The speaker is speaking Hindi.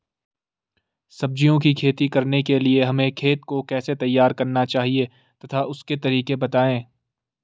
सब्जियों की खेती करने के लिए हमें खेत को कैसे तैयार करना चाहिए तथा उसके तरीके बताएं?